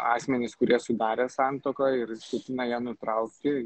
asmenys kurie sudarė santuoką ir ketina ją nutraukti